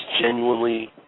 genuinely